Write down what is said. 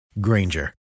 Granger